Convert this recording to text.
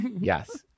Yes